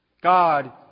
God